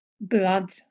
blood